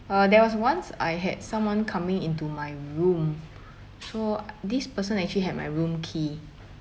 uh there was once I had someone coming into my room so this person actually had my room key